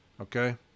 Okay